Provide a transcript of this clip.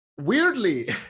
Weirdly